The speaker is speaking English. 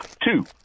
Two